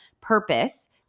purpose